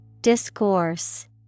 Discourse